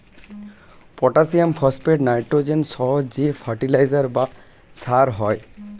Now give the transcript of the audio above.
potassium, phosphate, nitrogen সহ যে fertiliser বা সার হয়